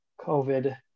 covid